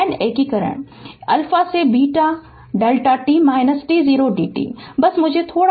n एकीकरण α से Δ t t0 d t बस मुझे थोड़ा ऊपर जाने दें